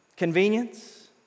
Convenience